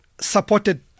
supported